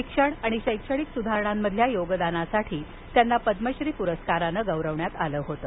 शिक्षण आणि शैक्षणिक सुधारणांमधील योगदानासाठी त्यांना पद्मश्री पुरस्कारानं गौरविण्यात आलं होतं